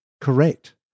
correct